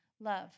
love